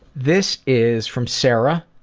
this is from sarah,